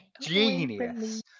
genius